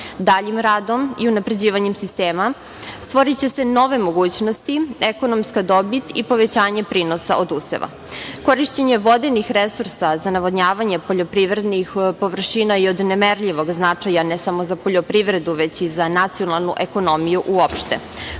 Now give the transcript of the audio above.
Daljim radom i unapređivanjem sistema, stvoriće se nove mogućnosti ekonomska dobit i povećanje prinosa od useva. Korišćenje vodenih resursa za navodnjavanje poljoprivrednih površina i od nemerljivog značaja ne samo za poljoprivredu već i za nacionalnu ekonomiju uopšte.